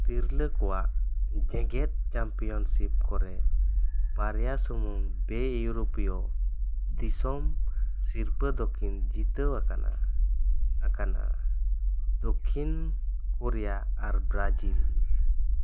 ᱛᱤᱨᱞᱟᱹ ᱠᱚᱣᱟᱜ ᱡᱮᱸᱜᱮᱫ ᱪᱟᱢᱯᱤᱭᱚᱱᱥᱤᱯ ᱠᱚᱨᱮ ᱵᱟᱨᱭᱟ ᱥᱩᱢᱩᱝ ᱵᱮ ᱤᱭᱩᱨᱳᱯᱤᱭᱚ ᱫᱤᱥᱚᱢ ᱥᱤᱨᱯᱟᱹ ᱫᱚᱠᱤᱱ ᱡᱤᱛᱟᱹᱣ ᱟᱠᱟᱱᱟ ᱟᱠᱟᱱᱟ ᱫᱚᱠᱠᱷᱤᱱ ᱠᱳᱨᱤᱭᱟ ᱟᱨ ᱵᱽᱨᱟᱡᱤᱞ